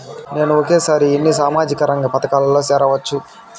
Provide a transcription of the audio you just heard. నేను ఒకేసారి ఎన్ని సామాజిక రంగ పథకాలలో సేరవచ్చు?